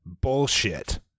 bullshit